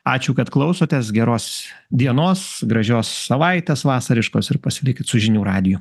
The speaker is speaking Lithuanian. ačiū kad klausotės geros dienos gražios savaitės vasariškos ir pasilikit su žinių radiju